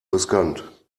riskant